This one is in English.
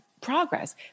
progress